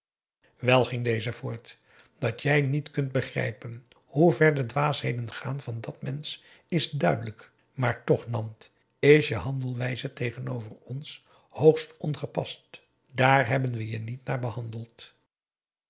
wel ging deze voort dat jij niet kunt begrijpen hoevèr de dwaasheden gaan van dat mensch is duidelijk maar toch nant is je handelwijze tegenover ons hoogst ongepast daar hebben we je niet naar behandeld